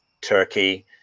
Turkey